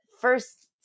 first